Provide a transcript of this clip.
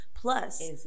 Plus